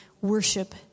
worship